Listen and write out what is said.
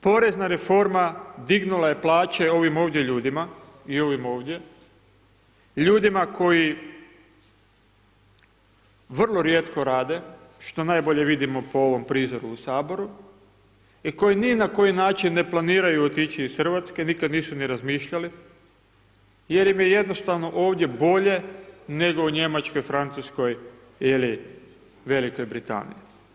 Porezna reforma dignula je plaće ovim ovdje ljudima i ovim ovdje, ljudima koji vrlo rijetko rade što najbolje vidimo po ovom prizoru u Saboru i koji ni na koji način ne planiraju otići iz Hrvatske, nikad nisu ni razmišljali jer im je jednostavno ovdje bolje nego u Njemačkoj, Francuskoj ili Velikoj Britaniji.